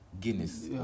Guinness